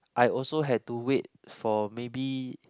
I also had to wait for maybe